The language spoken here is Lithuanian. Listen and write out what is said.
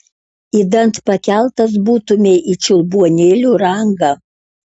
idant pakeltas būtumei į čiulbuonėlių rangą